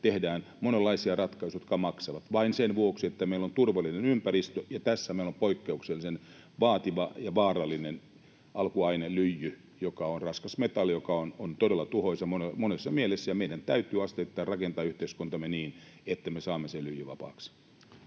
Tehdään monenlaisia ratkaisuja, jotka maksavat, vain sen vuoksi, että meillä olisi turvallinen ympäristö. Tässä meillä on poikkeuksellisen vaativa ja vaarallinen alkuaine, lyijy, joka on raskasmetalli, joka on todella tuhoisa monessa mielessä, ja meidän täytyy asteittain rakentaa yhteiskuntamme niin, että me saamme sen lyijyvapaaksi.